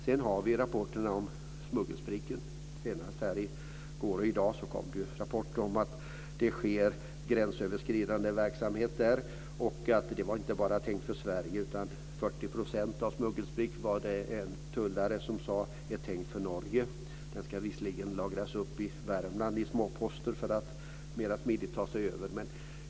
Vi får också rapporter om smuggelsprit. Vi har senast i går och i dag fått rapporter om att det förekommer gränsöverskridande verksamhet. En tullare har sagt att 40 % av smuggelspriten är avsedd för Norge. Den delas i Värmland upp i småposter för att smidigare kunna tas över gränsen.